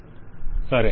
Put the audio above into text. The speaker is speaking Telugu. వెండర్ సరే